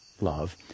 love